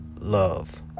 Love